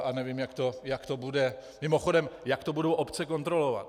A nevím, jak to bude mimochodem jak to budou obce kontrolovat?